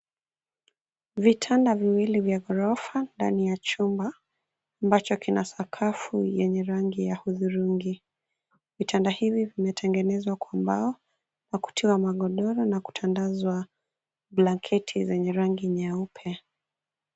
Vitanda viwili vya ghorofa ndani ya chumba ambacho kina sakafu yenye rangi ya hudhurungi. Vitanda hivi vimetengenezwa kwa mbao, kwa kutiwa magodoro na kutandazwa na blanketi zenye rangi nyeupe.